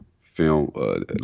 Film